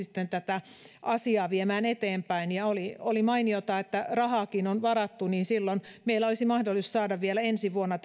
sitten tätä asiaa viemään eteenpäin oli oli mainiota että rahaakin on varattu silloin meillä olisi mahdollisuus saada vielä ensi vuonna